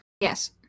Yes